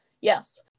yes